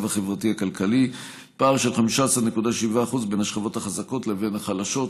החברתי-כלכלי: פער של 15.7% בין השכבות החזקות לחלשות,